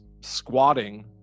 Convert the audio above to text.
squatting